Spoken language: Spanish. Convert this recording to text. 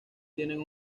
tienen